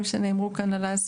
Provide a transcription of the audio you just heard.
הלכתיים.